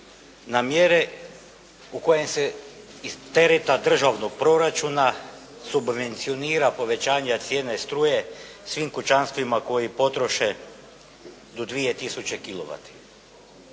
na mjere u kojem se iz tereta državnog proračuna subvencionira povećanje cijene struje svim kućanstvima koji potroše do dvije